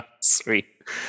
Sweet